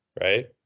right